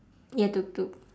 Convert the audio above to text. ya tuk tuk